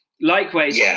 Likewise